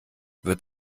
wird